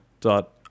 dot